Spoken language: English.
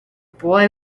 boy